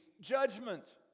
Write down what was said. judgment